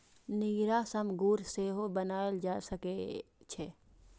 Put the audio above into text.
नीरा सं गुड़ सेहो बनाएल जा सकै छै